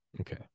Okay